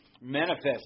manifest